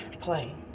play